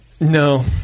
no